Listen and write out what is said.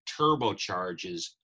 turbocharges